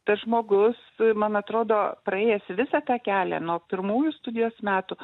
tas žmogus man atrodo praėjęs visą tą kelią nuo pirmųjų studijos metų